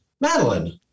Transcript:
Madeline